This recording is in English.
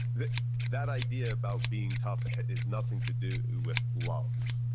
that that idea about being tough is nothing to do with love.